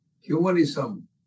humanism